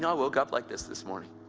yeah woke up like this this morning.